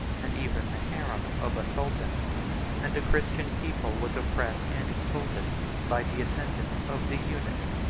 and even the harem, of a sultan and a christian people was oppressed and insulted by the ascendant of the eunuchs,